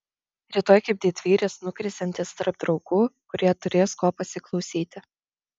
rytoj kaip didvyris nukrisiantis tarp draugų kurie turės ko pasiklausyti